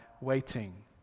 waiting